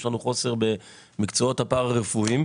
יש לנו חוסר במקצועות הפרא-רפואיים.